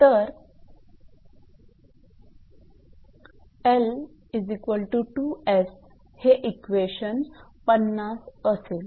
तर 𝑙2𝑠 हे इक्वेशन 50 असेल